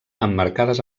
emmarcades